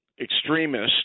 extremists